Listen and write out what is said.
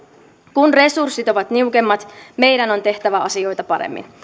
kun resurssit ovat niukemmat meidän on tehtävä asioita paremmin